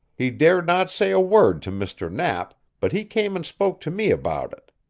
he dared not say a word to mr. knapp, but he came and spoke to me about it.